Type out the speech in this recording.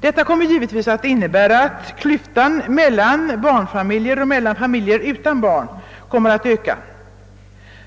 Det kommer givetvis att innebära, att klyftan mellan barnfamiljer och familjer utan barn kommer att öka,